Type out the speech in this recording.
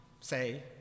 say